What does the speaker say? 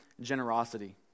generosity